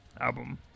album